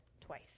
twice